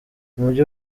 umujyi